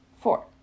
Four